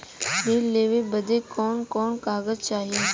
ऋण लेवे बदे कवन कवन कागज चाही?